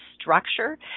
structure